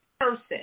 person